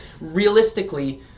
realistically